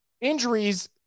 injuries